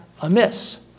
amiss